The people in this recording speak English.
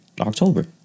October